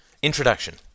Introduction